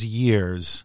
years